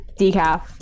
decaf